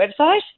website